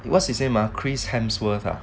what's his same ah chris hemsworth ah